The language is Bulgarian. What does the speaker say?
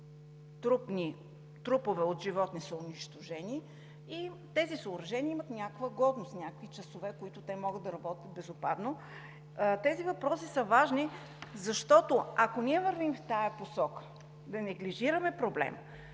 трупове от животни са унищожени и тези съоръжения имат някаква годност, някакви часове, в които те могат да работят безотпадно. Тези въпроси са важни, защото ако ние вървим в тази посока да неглижираме проблема,